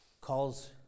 Calls